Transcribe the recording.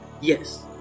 Yes